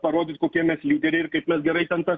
parodyt kokie mes lyderiai ir kaip mes gerai ten tas